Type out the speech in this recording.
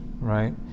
right